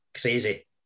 crazy